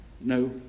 no